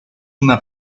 una